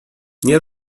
nie